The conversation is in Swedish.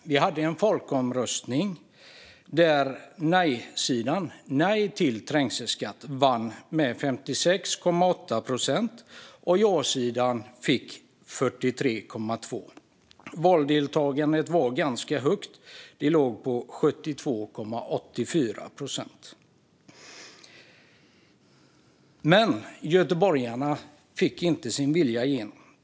Vi hade en folkomröstning där nejsidan vann med 56,8 procent över jasidan, som fick 43,2 procent. Valdeltagandet var ganska högt; det låg på 72,84 procent. Göteborgarna fick dock inte sin vilja igenom.